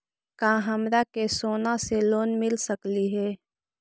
का हमरा के सोना से लोन मिल सकली हे?